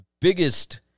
Biggest